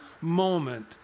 moment